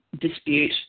dispute